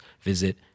visit